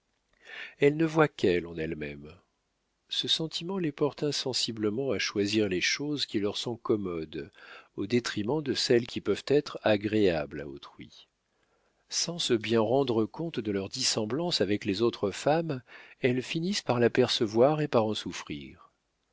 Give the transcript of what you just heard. elles ne voient qu'elles en elles-mêmes ce sentiment les porte insensiblement à choisir les choses qui leur sont commodes au détriment de celles qui peuvent être agréables à autrui sans se bien rendre compte de leur dissemblance avec les autres femmes elles finissent par l'apercevoir et par en souffrir